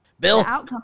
Bill